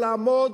ולעמוד,